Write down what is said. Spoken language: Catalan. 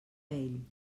ell